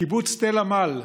קיבוץ תל עמל,